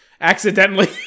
Accidentally